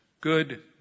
good